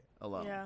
alone